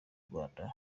rwanda